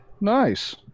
Nice